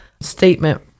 statement